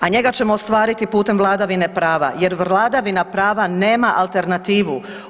A njega ćemo ostvariti putem vladavine prava jer vladavina prava nema alternativu.